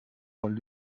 von